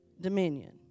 dominion